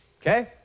okay